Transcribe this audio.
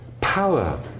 Power